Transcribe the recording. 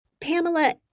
Pamela